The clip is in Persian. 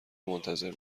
منتظر